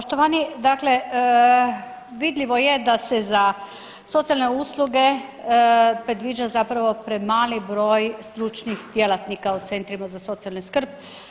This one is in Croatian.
Poštovani, dakle vidljivo je da se za socijalne usluge predviđa zapravo premali broj stručnih djelatnika u centrima za socijalnu skrb.